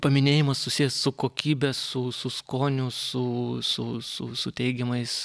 paminėjimas susijęs su kokybe su su skoniu su su su su teigiamais